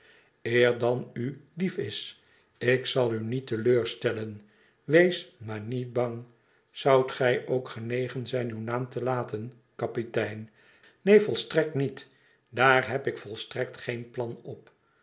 er dan u lief is ik zal u niet te leur stellen wees maar niet bang zoudt gij ook genegen zijn uw naam te laten kapitein neen volstrekt niet daar heb ik volstrekt geen plan op